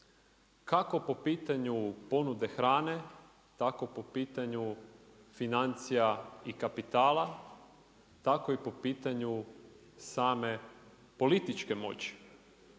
kako po pitanju ponude hrane tako po pitanju financija i kapitala, tako i po pitanju same političke moći.